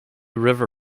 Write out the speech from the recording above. river